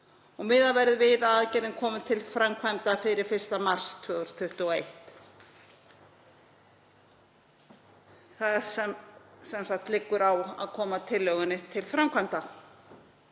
Miðað verði við að aðgerðin komi til framkvæmdar fyrir 1. mars 2021.“ Það liggur sem sagt á að koma tillögunni til framkvæmda.